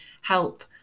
help